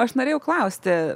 aš norėjau klausti